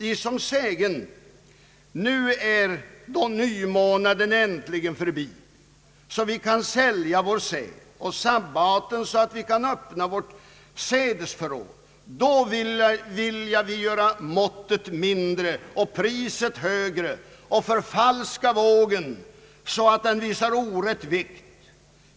I som sägen: ”När är då nymånadsdagen förbi, så att vi få sälja säd, och sabbaten, så att vi få öppna vårt sädesförråd? Då vilja vi göra efa-måttet mindre och priset högre och förfalska vågen, så att den visar orätt vikt.